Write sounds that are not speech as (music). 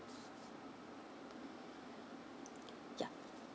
(noise) ya